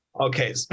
Okay